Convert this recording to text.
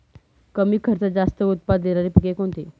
कमी खर्चात जास्त उत्पाद देणारी पिके कोणती?